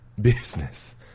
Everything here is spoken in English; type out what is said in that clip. business